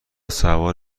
سوار